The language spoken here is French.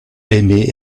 aimé